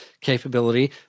capability